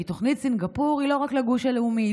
כי תוכנית סינגפור היא לא רק לגוש הלאומי,